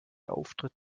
auftritt